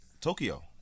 Tokyo